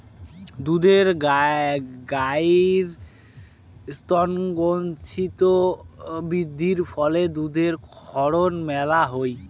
দুধেল গাইের স্তনগ্রন্থিত বৃদ্ধির ফলে দুধের ক্ষরণ মেলা হই